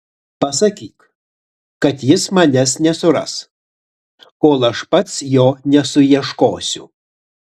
pasakyk kad jis manęs nesuras kol aš pats jo nesuieškosiu